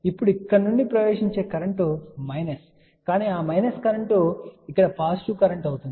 ఇప్పుడు ఇక్కడ నుండి ప్రవేశించే కరెంట్ మైనస్ కానీ ఆ మైనస్ కరెంట్ ఇక్కడ పాజిటివ్ కరెంట్ అవుతుంది